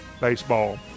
Baseball